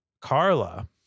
Carla